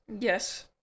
Yes